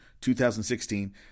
2016